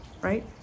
Right